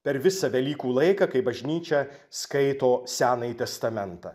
per visą velykų laiką kai bažnyčia skaito senąjį testamentą